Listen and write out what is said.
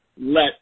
let